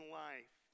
life